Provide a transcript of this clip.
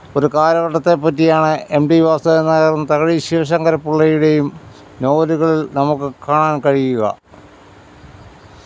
ഒരു കാലഘട്ടത്തെ പറ്റിയാണ് എം ടി വാസുദേവൻ നായരും തകഴി ശിവശങ്കരപ്പിള്ളയുടെയും നോവലുകളിൽ നമുക്ക് കാണാൻ കഴിയുക